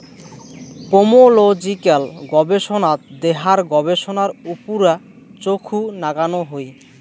pomological গবেষনাত দেহার গবেষণার উপুরা চখু নাগানো হই